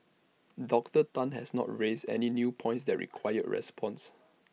Doctor Tan has not raised any new points that require response